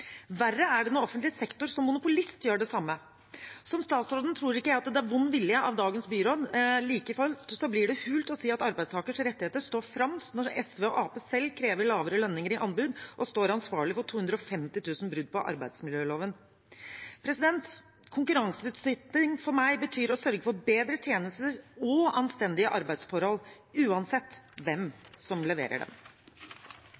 Verre er det når offentlig sektor som monopolist gjør det samme. Som statsråden tror ikke jeg at det er vond vilje av dagens byråd. Like fullt blir det hult å si at arbeidstakeres rettigheter står fremst når SV og Arbeiderpartiet selv krever lavere lønninger i anbud og står ansvarlig for 250 000 brudd på arbeidsmiljøloven. Konkurranseutsetting betyr for meg å sørge for bedre tjenester og anstendige arbeidsforhold, uansett hvem